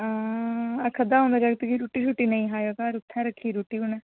हां आखा दा उं'दा जागत कि रूट्टी छुट्टी निं खाएओ घर उत्थै रक्खी दी रुट्टी उ'नें